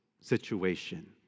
situation